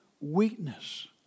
weakness